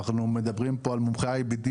אנחנו מדברים פה על מומחי IBD,